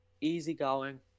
easygoing